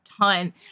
ton